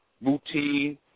routine